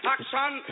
Action